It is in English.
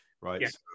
Right